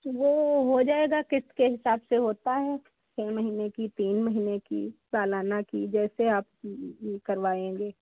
वो हो जाएगा किस्त के हिसाब से होता है छः महीने की तीन महीने की सालाना की जैसे आप करवाएंगे